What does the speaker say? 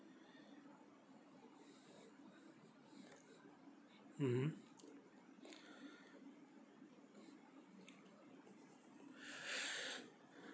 mmhmm